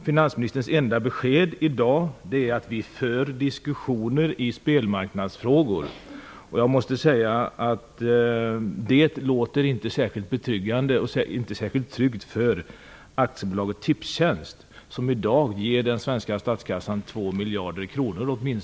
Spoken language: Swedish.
Finansministerns enda besked i dag är "att vi för diskussioner i spelmarknadsfrågor". Det låter inte särskilt betryggande och inte särskilt tryggt för AB Tipstjänst, som i dag ger den svenska statskassan åtminstone 2 miljarder kronor per år.